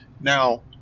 Now